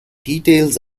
details